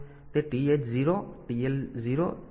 તે TH 0 TL 0 TH 1 અને TL 1 છે